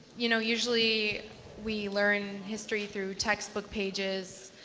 you know, usually we learn history through textbook pages,